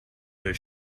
her